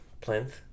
plinth